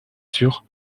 sur